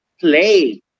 play